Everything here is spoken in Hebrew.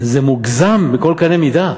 זה מוגזם בכל קנה-מידה.